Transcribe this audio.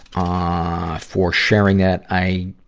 ah, for sharing that. i,